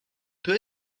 peut